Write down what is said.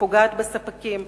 ופוגעת בספקים.